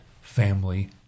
family